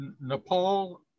Nepal